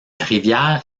rivière